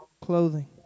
clothing